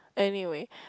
anyway